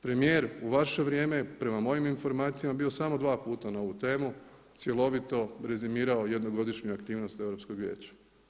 Premijer u vaše vrijeme prema mojim informacijama je bio samo dva puta na ovu temu cjelovito rezimirao jednogodišnju aktivnost u Europskog vijeća.